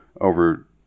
over